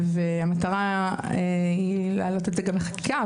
המטרה היא להעלות את זה גם לחקיקה,